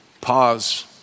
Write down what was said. pause